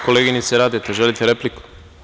Koleginice Radeta želite repliku?